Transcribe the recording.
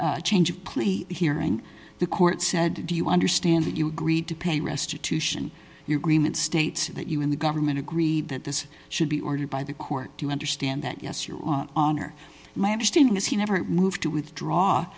the change of plea hearing the court said do you understand that you agreed to pay restitution your cream and state that you in the government agreed that this should be ordered by the court do you understand that yes your honor my understanding is he never moved to withdraw